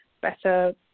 better